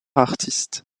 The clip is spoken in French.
artiste